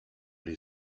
les